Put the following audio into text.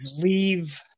leave